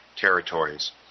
territories